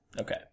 Okay